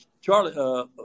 Charlie